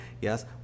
Yes